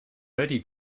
ready